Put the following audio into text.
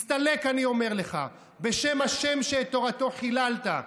הסתלק, אני אומר לך, בשם השם שאת תורתו חיללת,